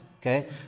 okay